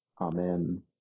Amen